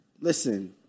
Listen